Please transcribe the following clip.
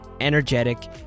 energetic